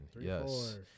Yes